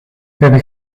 hebben